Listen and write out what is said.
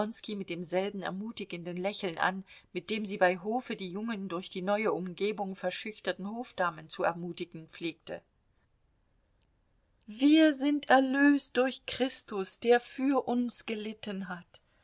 mit demselben ermutigenden lächeln an mit dem sie bei hofe die jungen durch die neue umgebung verschüchterten hofdamen zu ermutigen pflegte wir sind erlöst durch christus der für uns gelitten hat